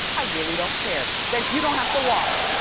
i really don't care, then you don't have to watch.